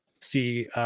see